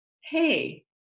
hey